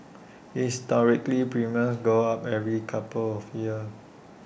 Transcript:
historically premiums go up every couple of years